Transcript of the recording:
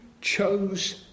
chose